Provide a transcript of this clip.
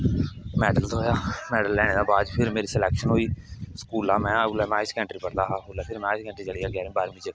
medal थ्होआ medal लैने दे बाद फिर मेरी स्लैकशन होई स्कूला में उसलै में हाई स्कैंडरी पढ़दा फिर में हाई स्कैंडरी चली गेआ बाहरमीं च